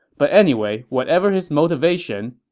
but anyway, whatever his motivation,